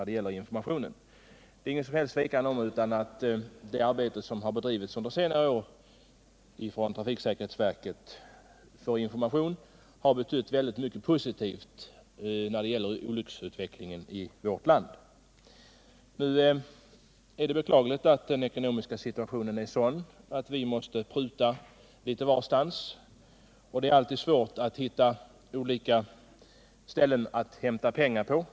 Det är inget som helst tvivel om att det arbete som trafiksäkerhetsverket under senare år har lagt ned på information har haft mycket positiv betydelse för olycksutvecklingen i vårt land. Nu är det beklagligt att den ekonomiska situationen är sådan att vi måste pruta litet varstans. Det är alltid svårt att hitta ställen att hämta pengar på.